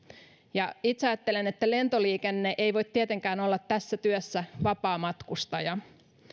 ja itse ajattelen että lentoliikenne ei voi tietenkään olla tässä työssä vapaamatkustaja